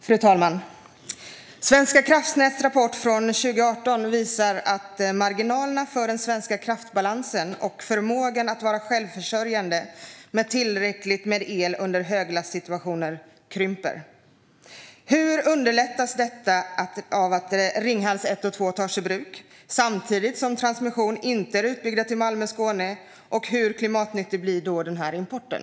Fru talman! Svenska kraftnäts rapport från 2018 visar att marginalerna för den svenska kraftbalansen och förmågan att vara självförsörjande med tillräckligt med el vid höglastsituationer krymper. Hur underlättas detta av att Ringhals 1 och 2 tas ur bruk samtidigt som transmission inte är utbyggd till Malmö-Skåne, och hur klimatnyttig blir importen?